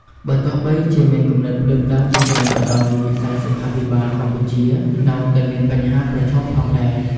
បើទោះបីជាមានគំនិតផ្តួចផ្តើមជាច្រើនក៏ដោយ វិស័យសុខាភិបាលកម្ពុជានៅតែមានបញ្ហាប្រឈមផងដែរ។